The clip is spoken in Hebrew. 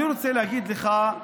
אני רוצה להגיד לך,